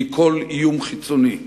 מכל איום חיצוני.